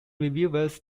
reviewers